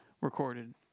recorded